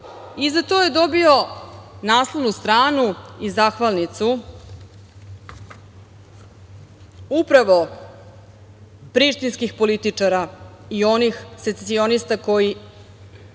I za to je dobio naslovnu stranu i zahvalnicu upravo prištinskih političara i onih secesionista koji